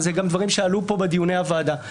זה גם דברים שעלו פה בדיוני הוועדה.